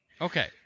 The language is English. Okay